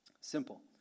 Simple